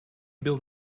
build